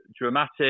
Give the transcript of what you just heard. dramatic